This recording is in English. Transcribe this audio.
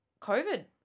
COVID